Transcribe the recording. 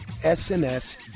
SNS